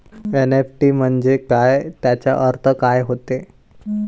NEFT म्हंजे काय, त्याचा अर्थ काय होते?